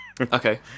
Okay